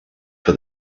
for